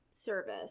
service